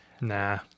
nah